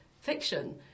fiction